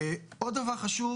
עוד דבר חשוב,